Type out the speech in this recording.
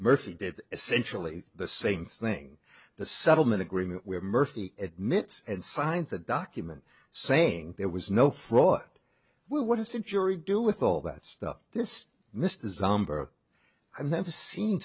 murphy did essentially the same thing the settlement agreement where murphy admits and signs a document saying there was no fraud well what is it jury do with all that stuff this mystery i've never seen